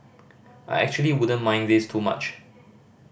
I actually wouldn't mind this too much